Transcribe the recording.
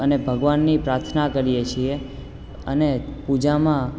અને ભગવાનની પ્રાર્થના કરીએ છે અને પૂજામાં